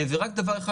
אומר רק עוד דבר אחד,